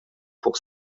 pour